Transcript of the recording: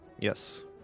Yes